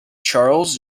charles